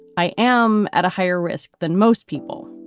i am at a higher risk than most people.